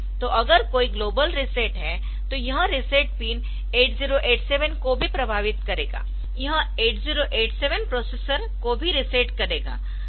तो अगर कोई ग्लोबल रीसेट है तो यह रीसेट पिन 8087 को भी प्रभावित करेगा यह 8087 प्रोसेसर को भी रीसेट करेगा